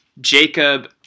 jacob